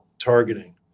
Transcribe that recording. targeting